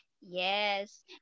Yes